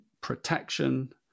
protection